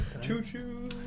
Choo-choo